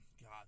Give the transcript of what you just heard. God